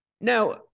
Now